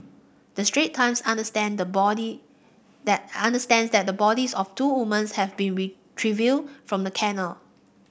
the Strait Times understand the body that understand that the bodies of two woman's have been retrieved from the canal